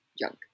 junk